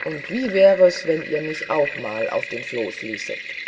und wie wär es wenn ihr mich auch mal auf den floß ließet